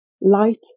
light